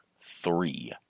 three